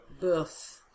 Boof